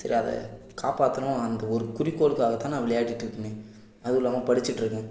சரி அதை காப்பாற்றணும் அந்த ஒரு குறிக்கோளுக்காக தான் நான் விளையாடிகிட்டு இருக்கனே அதுவும் இல்லாமல் படிச்சுட்டு இருக்கேன்